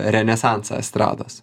renesansą estrados